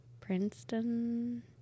Princeton